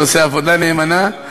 שעושה עבודה נאמנה.